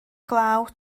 glaw